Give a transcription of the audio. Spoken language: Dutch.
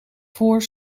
voor